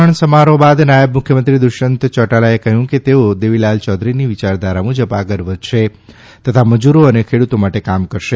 શપથગૃહ સમારોહ બાદ નાયબ મુખ્યમંત્રી દુષ્યંત ચૌટાલાએ કહ્યું કે તેઓ દેવીલાલ ચૌધરીની વિચારધારા મુજબ આગળ વધશે તથા મજુરો તી ને ખેડુતો માટે કામ કરશે